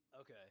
Okay